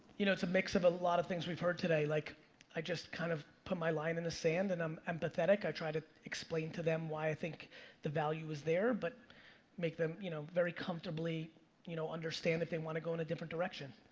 you know it's a mix of a lot of things we've heard today. like i just kind of put my line in the sand and i'm empathetic. i try to explain to them why i think the value is there, but make them you know very comfortably you know understand if they wanna go in a different direction.